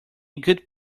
good